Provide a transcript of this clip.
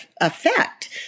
effect